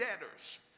debtors